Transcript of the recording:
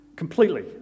completely